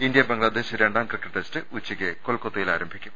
India Bangladesh രണ്ടാം cricket test ഉച്ചക്ക് കൊൽക്ക ത്തയിൽ ആരംഭിക്കും